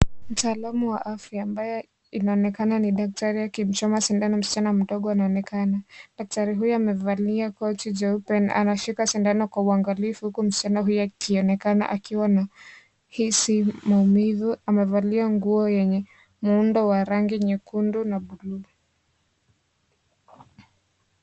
Mtaalamu wa afya ambaye inaonekana ni daktari akimchoma sindano mschana mdogo anaonekana, daktari huyo aavalia koti jeupe, anashika sindano kwa uangalifu huku msichana huyu akionekana akiwa anahisi maumivu, amevalia nguo yenye muundobwa rangi nyekundu na buluu.